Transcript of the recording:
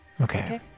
Okay